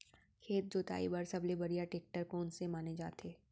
खेत जोताई बर सबले बढ़िया टेकटर कोन से माने जाथे?